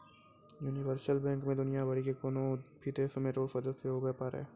universal bank मे दुनियाँ भरि के कोन्हो भी देश रो सदस्य हुवै पारै